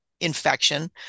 infection